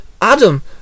Adam